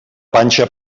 panxa